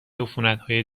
عفونتهای